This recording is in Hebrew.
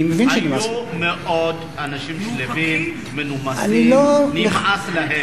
הם היו אנשים מאוד שלווים, מנומסים, נמאס להם.